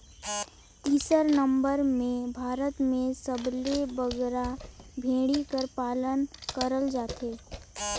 तीसर नंबर में भारत में सबले बगरा भेंड़ी कर पालन करल जाथे